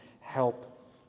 help